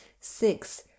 six